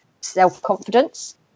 self-confidence